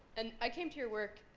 and i came to your work,